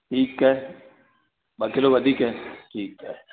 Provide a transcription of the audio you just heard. ठीकु आहे ॿ किलो वधीक ठीकु आहे